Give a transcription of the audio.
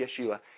Yeshua